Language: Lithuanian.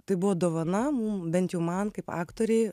tai buvo dovana mum bent jau man kaip aktorei